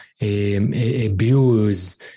abuse